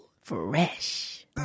Fresh